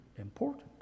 important